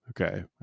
okay